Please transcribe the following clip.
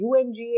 UNGA